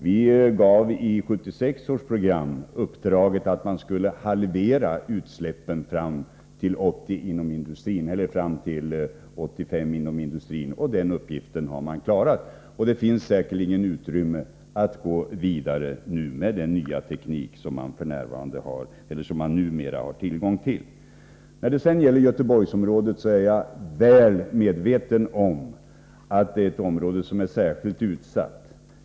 Vi gav i 1976 års program uppdraget att man inom industrin skulle halvera utsläppen fram till år 1985. Det uppdraget har man klarat. Det finns säkerligen möjligheter att gå vidare med den teknik som man numera har tillgång till. När det gäller Göteborgsområdet är jag väl medveten om att det är ett område som är särskilt utsatt.